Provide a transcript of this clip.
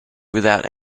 without